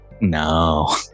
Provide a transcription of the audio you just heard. No